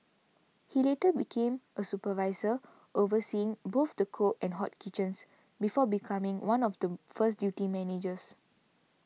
he later became a supervisor overseeing both the cold and hot kitchens before becoming one of the first duty managers